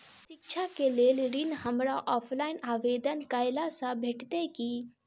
शिक्षा केँ लेल ऋण, हमरा ऑफलाइन आवेदन कैला सँ भेटतय की?